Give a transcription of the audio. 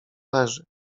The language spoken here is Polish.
leży